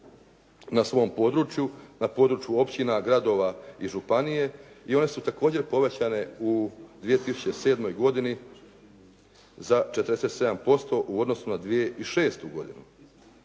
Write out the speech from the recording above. na svom području, na području općina, gradova i županije i one su također povećane u 2007. godini za 47% u odnosu na 2006. godinu.